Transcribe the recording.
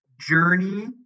journey